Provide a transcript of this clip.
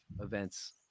events